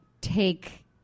take